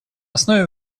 основе